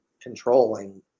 controlling